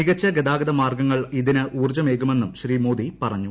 മികച്ച ഗതാഗത മാർഗ്ഗങ്ങൾ അതിന് ഊർജ്ജമേകുമെന്നും ശ്രീ മോദി പറഞ്ഞു